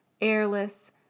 airless